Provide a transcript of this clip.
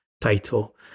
title